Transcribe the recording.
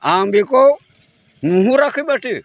आं बेखौ नुहुराखैमाथो